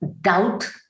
doubt